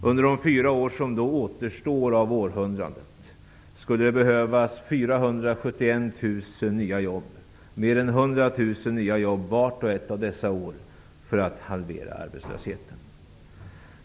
Under de fyra år som återstår av århundrandet skulle det behövas 471 000 nya jobb, dvs. mer än 100 000 nya jobb under vart och ett av dessa år för att för att halvera arbetslösheten.